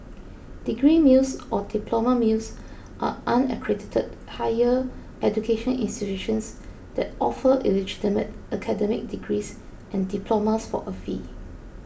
degree mills or diploma mills are unaccredited higher education institutions that offer illegitimate academic degrees and diplomas for a fee